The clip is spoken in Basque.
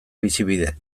bizibide